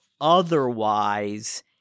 otherwise